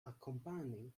akompani